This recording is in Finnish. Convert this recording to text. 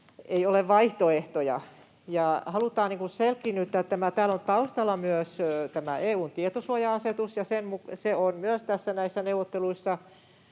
ei ole vaihtoehtoja, ja halutaan selkiinnyttää tätä. Täällä on taustalla myös tämä EU:n tietosuoja-asetus, ja näissä neuvotteluissa